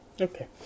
Okay